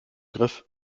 griff